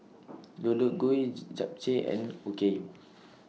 Deodeok Gui Japchae and Okayu